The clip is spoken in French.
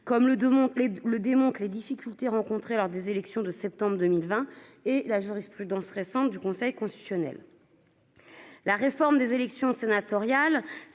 les le démontrent les difficultés rencontrées lors des élections de septembre 2020 et la jurisprudence récente du Conseil constitutionnel. La réforme des élections sénatoriales